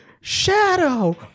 Shadow